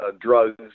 drugs